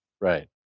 Right